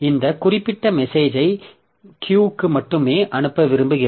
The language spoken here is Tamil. இந்த குறிப்பிட்ட மெசேஜ்யை Q க்கு மட்டுமே அனுப்ப விரும்புகிறது